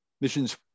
Missions